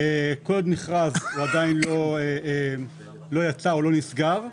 כל עוד מכרז הוא עדיין לא יצא או לא נסגר,